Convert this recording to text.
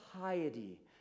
piety